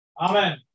Amen